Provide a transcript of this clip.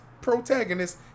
protagonist